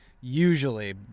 usually